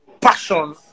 passion